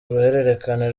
ruhererekane